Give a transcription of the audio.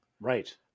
Right